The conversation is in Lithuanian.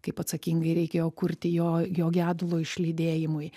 kaip atsakingai reikėjo kurti jo jo gedulo išlydėjimui